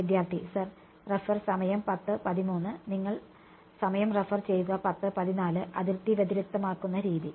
വിദ്യാർത്ഥി സർ അതിർത്തി വ്യതിരിക്തമാക്കുന്ന രീതി